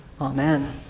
amen